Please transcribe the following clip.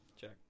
check